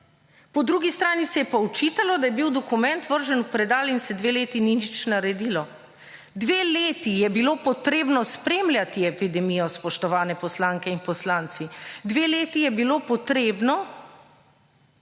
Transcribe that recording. po drugi strani se je pa očitalo, da je bil dokument vržen v predal in se dve leti ni nič naredilo. Dve leti je bilo potrebno spremljati epidemijo, spoštovane in poslanke in poslanci. Dve leti je bilo potrebno